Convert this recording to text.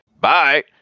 Bye